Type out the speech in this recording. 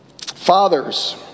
fathers